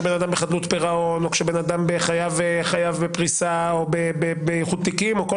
בן אדם בחדלות פירעון או כשבן אדם חייב בפריסה או באיחוד תיקים או כל